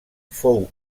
fou